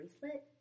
bracelet